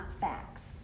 facts